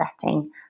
setting